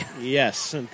Yes